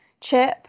Chip